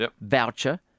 voucher